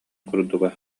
курдуга